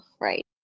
right